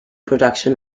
production